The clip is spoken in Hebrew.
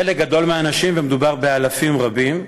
חלק גדול מהאנשים, ומדובר באלפים רבים,